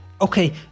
Okay